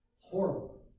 horrible